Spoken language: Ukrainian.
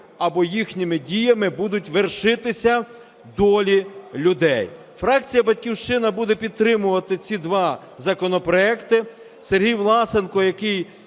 або їхніми діями, будуть вершитися долі людей. Фракція "Батьківщина" буде підтримувати ці два законопроекти.